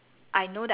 ya